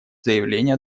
заявления